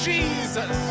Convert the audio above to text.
Jesus